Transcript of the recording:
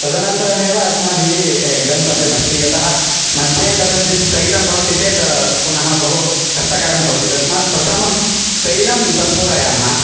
तदनन्तरमेव अस्माभिः गन्तव्यमस्ति यन्मध्ये कथञ्चित् स्थगितं भवति चेत् पुनः बहु कष्टकरं भवति तस्मात् प्रथमं तैलं सम्पूरयामः